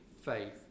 faith